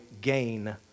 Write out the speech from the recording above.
gain